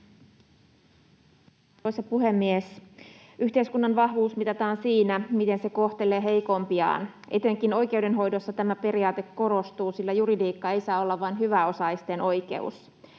Arvoisa puhemies! Yhteiskunnan vahvuus mitataan siinä, miten se kohtelee heikompiaan. Etenkin oikeudenhoidossa tämä periaate korostuu, sillä juridiikka ei saa olla vain hyväosaisten oikeus.